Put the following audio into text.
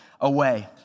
away